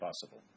possible